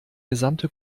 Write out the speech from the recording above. gesamte